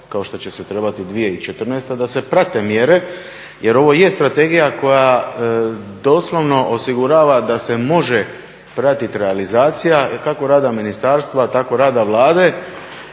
kao što će se trebati i 2014. da se prate mjere jer ovo je strategija koja doslovno osigurava da se može pratiti realizacija kako rada ministarstva tako i rada Vlade